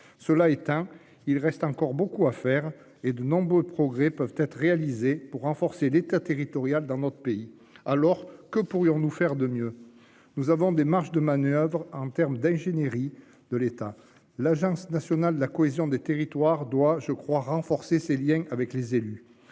Cela étant, il reste encore beaucoup à faire et de nombreux progrès peuvent être réalisés pour renforcer l'État territorial dans notre pays alors que pourrions-nous faire de mieux. Nous avons des marges de manoeuvres en terme d'ingénierie de l'État. L'Agence nationale de la cohésion des territoires doit je crois renforcer ses Liens avec les élus.